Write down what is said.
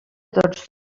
tots